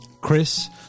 Chris